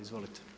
Izvolite.